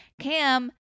Cam